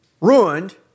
ruined